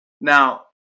Now